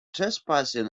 trespassing